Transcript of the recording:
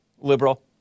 liberal